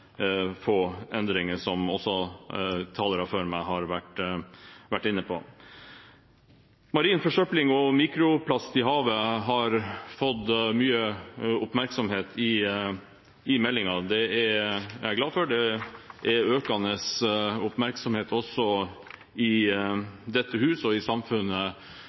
få endringer, som også talerne før meg har vært inne på. Marin forsøpling og mikroplast i havet har fått mye oppmerksomhet i meldingen. Det er jeg glad for. Det er økende oppmerksomhet også i dette hus og i samfunnet